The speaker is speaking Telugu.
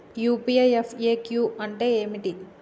యూ.పీ.ఐ ఎఫ్.ఎ.క్యూ అంటే ఏమిటి?